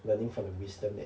learning from the wisdom that